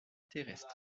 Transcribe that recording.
terrestre